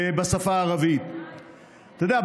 אתה יודע,